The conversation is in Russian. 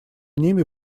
ними